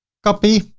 copy,